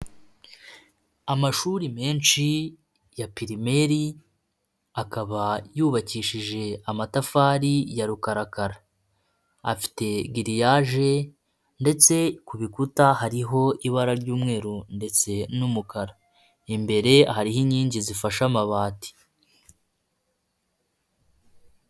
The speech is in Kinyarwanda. Amashuri menshi ya pirimeri, akaba yubakishije amatafari ya rukarakara, afite giriyaje ndetse ku bikuta hariho ibara ry'umweru ndetse n'umukara, imbere hariho inkingi zifashe amabati.